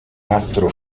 nastro